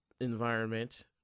environment